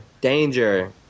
danger